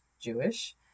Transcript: Jewish